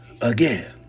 again